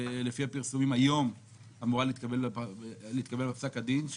שלפי הפרסומים היום אמור להתקבל בה פסק דין,